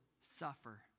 suffer